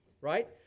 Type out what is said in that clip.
right